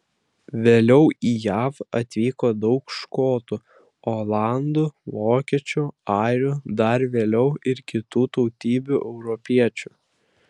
vėliau į jav atvyko daug škotų olandų vokiečių airių dar vėliau ir kitų tautybių europiečių